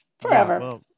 Forever